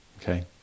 okay